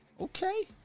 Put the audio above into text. okay